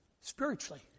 Spiritually